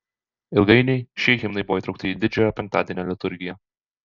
ilgainiui šie himnai buvo įtraukti į didžiojo penktadienio liturgiją